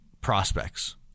prospects